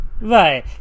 Right